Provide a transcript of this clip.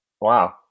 Wow